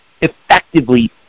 effectively